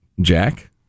Jack